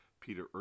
Peter